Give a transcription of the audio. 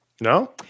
No